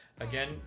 again